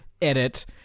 Edit